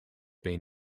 been